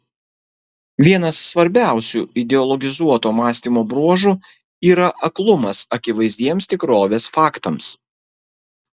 vienas svarbiausių ideologizuoto mąstymo bruožų yra aklumas akivaizdiems tikrovės faktams